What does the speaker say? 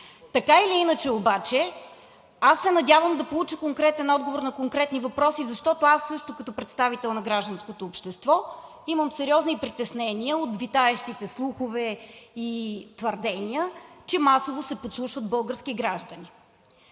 Така или иначе обаче, аз се надявам да получа конкретен отговор на конкретни въпроси, защото аз също като представител на гражданското общество имам сериозни притеснения от витаещите слухове и твърдения, че масово се подслушват български граждани.